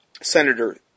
Senator